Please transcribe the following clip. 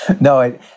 No